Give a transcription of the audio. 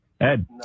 ed